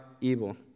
evil